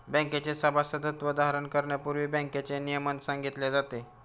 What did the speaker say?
बँकेचे सभासदत्व धारण करण्यापूर्वी बँकेचे नियमन सांगितले जाते